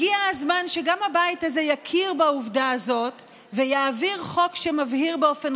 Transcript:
הגיע הזמן שגם הבית הזה יכיר בעובדה הזאת ויעביר חוק שמבהיר באופן